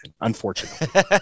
unfortunately